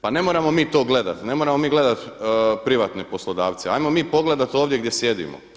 Pa ne moramo mi to gledati, ne moramo mi gledati privatne poslodavce, ajmo mi pogledati ovdje gdje sjedimo.